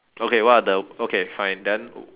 okay what are the okay fine then